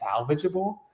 salvageable